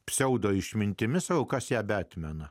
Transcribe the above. pseudo išmintimi sau kas ją be atmena